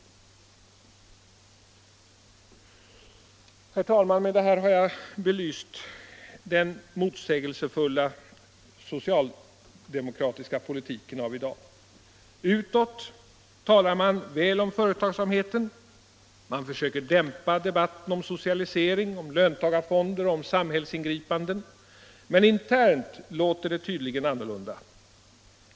Herr talman! Med detta har jag belyst den motsägelsefulla socialdemokratiska politiken av i dag. Utåt talar man väl om företagsamheten. Man försöker dämpa debatten om socialisering, om löntagarfonder och om samhällsingripanden. Men internt låter det tydligen annorlunda.